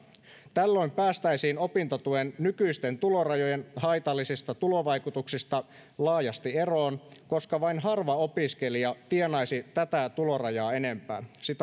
tällöin päästäisiin opintotuen nykyisten tulorajojen haitallisista tulovaikutuksista laajasti eroon koska vain harva opiskelija tienaisi tätä tulorajaa enempää